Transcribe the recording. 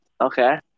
Okay